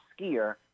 skier